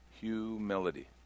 Humility